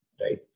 right